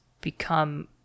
become